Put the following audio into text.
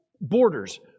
borders